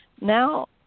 Now